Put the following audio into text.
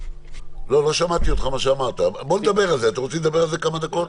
אתם רוצים לדבר על זה כמה דקות?